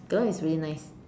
that one is really nice